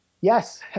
yes